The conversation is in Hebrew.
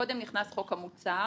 קודם נכנס חוק המוצר,